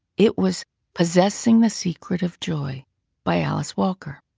it was possessing the secret of joy by alice walker,